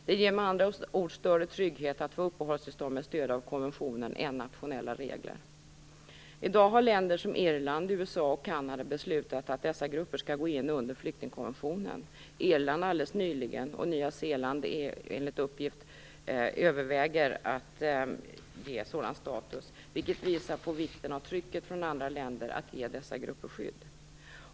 Det ger med andra ord större trygghet att få uppehållstillstånd med stöd av konventionen än nationella regler. I dag har länder som Irland, USA och Kanada beslutat att dessa grupper skall gå in under flyktingkonventionen, Irland alldeles nyligen, och enligt uppgift överväger Nya Zeeland att ge en sådan status. Det visar vikten av trycket från andra länder att ge dessa grupper skydd.